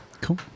Cool